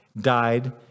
died